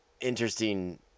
interesting